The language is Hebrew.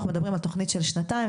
אנחנו מדברים על תכנית של שנתיים,